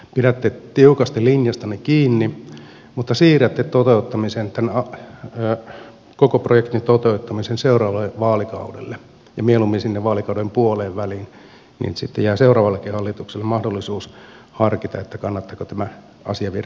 pidätte tiukasti linjastanne kiinni mutta siirrätte tämän koko projektin toteuttamisen seuraavalle vaalikaudelle ja mieluummin sinne vaalikauden puoleenväliin niin että sitten jää seuraavallekin hallitukselle mahdollisuus harkita kannattaako tämä asia viedä loppuun asti